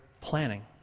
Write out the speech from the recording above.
planning